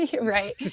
Right